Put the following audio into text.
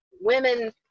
women